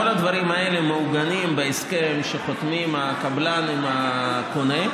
כל הדברים האלה מעוגנים בהסכם שחותם הקבלן עם הקונה,